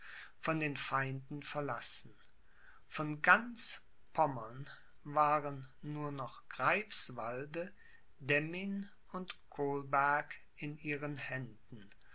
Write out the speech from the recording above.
von den feinden verlassen von ganz pommern waren nur noch greifswalde demmin und kolberg in ihren händen